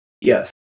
Yes